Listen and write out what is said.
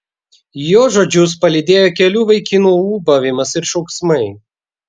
jo žodžius palydėjo kelių vaikinų ūbavimas ir šauksmai